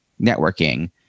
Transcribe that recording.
networking